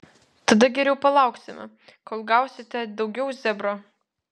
tada geriau palauksime kol gausite daugiau zebro